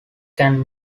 can